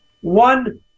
One